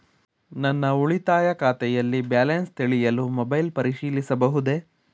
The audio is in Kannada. ನನ್ನ ಉಳಿತಾಯ ಖಾತೆಯಲ್ಲಿ ಬ್ಯಾಲೆನ್ಸ ತಿಳಿಯಲು ಮೊಬೈಲ್ ಪರಿಶೀಲಿಸಬಹುದೇ?